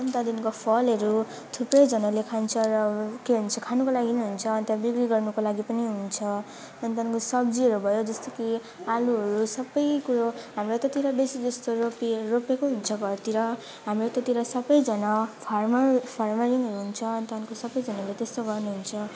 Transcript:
अनि त्यहाँदेखिको फलहरू थुप्रैजनाले खान्छ र के भन्छ खानको लागि नि हुन्छ अन्त बिक्री गर्नुको लागि पनि हुन्छ अनि त्यहाँदेखिको सब्जीहरू भयो जस्तो कि आलुहरू सबै कुरो हाम्रो यतातिर बेसी जस्तो रोपे रोपेकै हुन्छ घरतिर हाम्रो यतातिर सबैजना फार्मर फार्मारिङहरू हुन्छ अनि त्यहाँदेखिको सबैजनाले त्यस्तो गर्नुहुन्छ